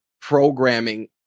programming